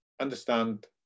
understand